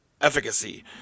efficacy